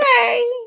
Okay